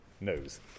knows